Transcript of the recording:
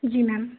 जी ma'am